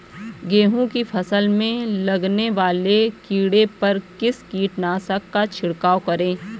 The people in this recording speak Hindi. गेहूँ की फसल में लगने वाले कीड़े पर किस कीटनाशक का छिड़काव करें?